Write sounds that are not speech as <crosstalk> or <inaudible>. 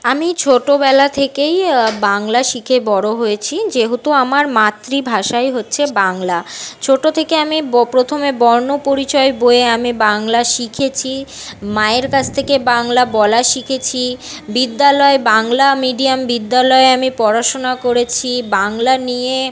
আমি ছোটোবেলা থেকেই বাংলা শিখে বড় হয়েছি যেহেতু আমার মাতৃভাষাই হচ্ছে বাংলা ছোটো থেকে আমি <unintelligible> প্রথমে বর্ণপরিচয় বইয়ে আমি বাংলা শিখেছি মায়ের কাছ থেকে বাংলা বলা শিখেছি বিদ্যালয়ে বাংলা মিডিয়াম বিদ্যালয়ে আমি পড়াশোনা করেছি বাংলা নিয়ে